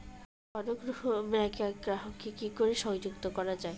অন্য কোনো ব্যাংক গ্রাহক কে কি করে সংযুক্ত করা য়ায়?